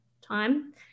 time